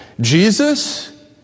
Jesus